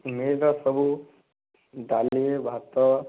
ଏତ ସବୁ ଡାଲି ଭାତ